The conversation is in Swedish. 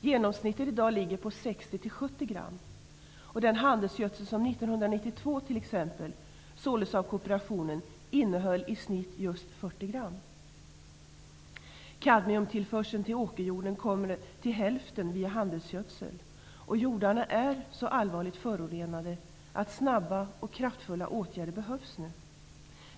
Genomsnittet ligger i dag på 60--70 gram, och den handelsgödsel som t.ex. år 1992 såldes av kooperationen innehöll i snitt 40 gram. Kadmiumtillförseln till åkerjorden kommer till hälften via handelsgödsel. Jordarna är så allvarligt förorenade att snabba och kraftfulla åtgärder behövs.